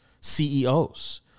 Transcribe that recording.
CEOs